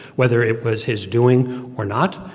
whether it was his doing or not,